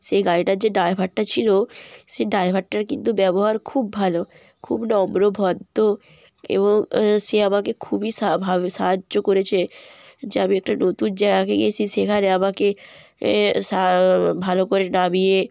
সেই গাড়িটার যে ড্রাইভারটা ছিলো সে ড্রাইভারটার কিন্তু ব্যবহার খুব ভালো খুব নম্র ভদ্র এবং সে আমাকে খুবই সা ভাবে সাহায্য করেছে যে আমি একটা নতুন জায়গাতে গেছি সেখানে আমাকে সা ভালো করে নামিয়ে